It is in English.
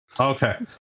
Okay